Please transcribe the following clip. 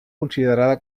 considerada